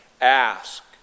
ask